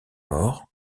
mort